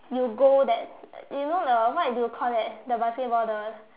you goal that you know the what do you call that the basketball the